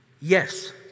Yes